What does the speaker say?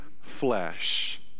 flesh